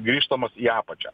grįžtamas į apačią